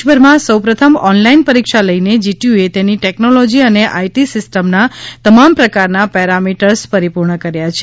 દેશભરમાં સૌ પ્રથમ ઓનલાઈન પરીક્ષા લઈને જીટીયુએ તેની ટેક્નોલોજી અને આઈટી સિસ્ટમના તમામ પ્રકારના પેરામિટર્સ પરિપૂર્ણ કર્યા છે